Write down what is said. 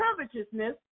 covetousness